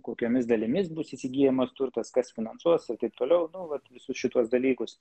kokiomis dalimis bus įsigyjamas turtas kas finansuos ir taip toliau nu vat visus šituos dalykus